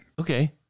okay